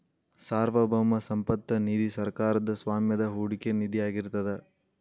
ಸಾರ್ವಭೌಮ ಸಂಪತ್ತ ನಿಧಿ ಸರ್ಕಾರದ್ ಸ್ವಾಮ್ಯದ ಹೂಡಿಕೆ ನಿಧಿಯಾಗಿರ್ತದ